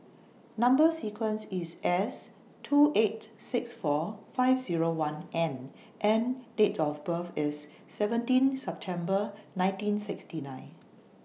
Number sequence IS S two eight six four five Zero one N and Date of birth IS seventeen September nineteen sixty nine